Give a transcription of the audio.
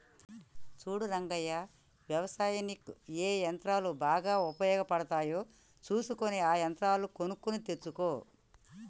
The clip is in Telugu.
సూడు రంగయ్య యవసాయనిక్ ఏ యంత్రాలు బాగా ఉపయోగపడుతాయో సూసుకొని ఆ యంత్రాలు కొనుక్కొని తెచ్చుకో